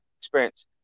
experience